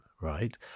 right